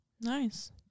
Nice